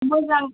मोजां